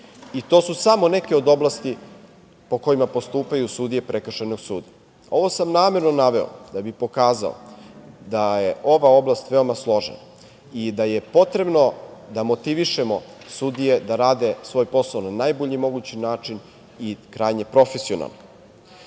I to su samo neke od oblasti po kojima postupaju sudije prekršajnog suda. Ovo sam namerno naveo da bi pokazao da je ova oblast veoma složena i da je potrebno da motivišemo sudije da rade svoj posao na najbolji mogući način i krajnje profesionalno. Motivacija